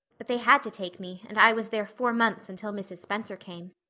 but they had to take me and i was there four months until mrs. spencer came.